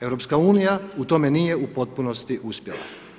EU u tome nije u potpunosti uspjela.